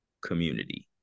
community